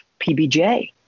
PBJ